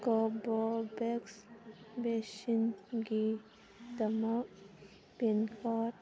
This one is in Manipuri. ꯀꯣꯕꯣꯕꯦꯛꯁ ꯚꯦꯛꯁꯤꯟꯒꯤꯗꯃꯛ ꯄꯤꯟꯀꯣꯠ